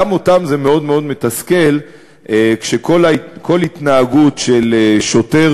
גם אותם זה מאוד מאוד מתסכל כשכל התנהגות של שוטר,